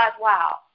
wow